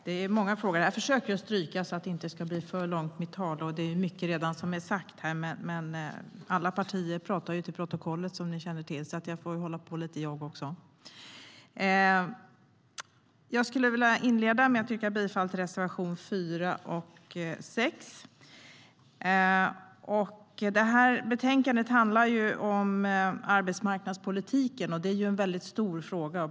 Herr talman! Mycket har redan sagts, men som bekant talar alla för protokollets skull. Jag tänkte också göra det och inleda med att yrka bifall till reservation 4 och 6.Betänkandet handlar om arbetsmarknadspolitiken. Det är en väldigt stor fråga.